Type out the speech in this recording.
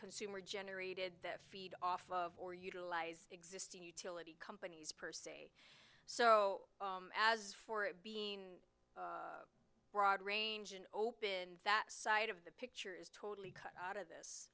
consumer generated that feed off or utilize existing utility companies per se so as for it being broad range and open that side of the picture is totally cut out of this